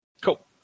Cool